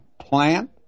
plant